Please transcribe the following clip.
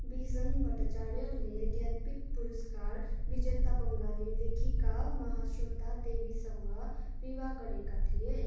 बिजन भट्टाचार्यले ज्ञानपीठ पुरस्कार विजेता बङ्गाली लेखिका महाश्वेता देवीसँग विवाह गरेका थिए